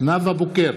נאוה בוקר,